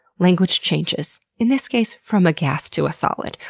language changes. in this case, from a gas to a solid.